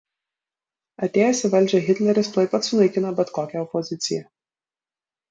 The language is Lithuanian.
atėjęs į valdžią hitleris tuoj pat sunaikino bet kokią opoziciją